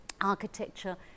architecture